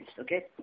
okay